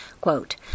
Quote